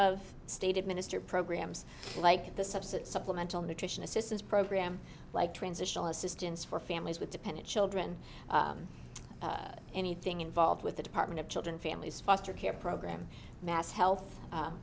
of stated minister programs like the subsidy supplemental nutrition assistance program like transitional assistance for families with dependent children anything involved with the department of children families foster care program mass health